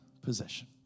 possession